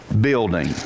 building